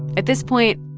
at this point,